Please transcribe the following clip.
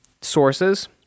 sources